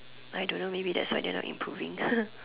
I don't know maybe that's why they're not improving